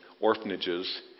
orphanages